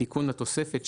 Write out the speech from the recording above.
"7.